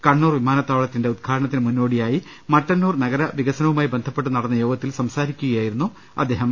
കണ്ണൂർ വിമാനത്താവളത്തി ന്റെ ഉദ്ഘാടനത്തിന് മുന്നോടിയായി മട്ടന്നൂർ നഗര വിക്സനവുമായി ബന്ധപ്പെട്ട് നടന്ന യോഗത്തിൽ സംസാരിക്കുകയായിരുന്നു അദ്ദേഹം